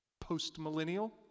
post-millennial